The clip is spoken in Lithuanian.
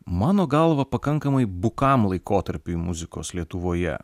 mano galva pakankamai bukam laikotarpiui muzikos lietuvoje